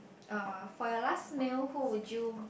uh for your last meal who would you